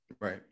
Right